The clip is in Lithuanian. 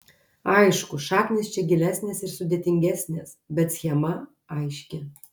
aišku šaknys čia gilesnės ir sudėtingesnės bet schema aiški